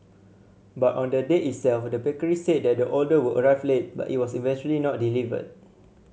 but on the day itself the bakery said that the order would arrive late but it was eventually not delivered